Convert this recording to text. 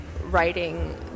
writing